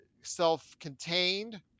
self-contained